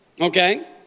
Okay